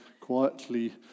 quietly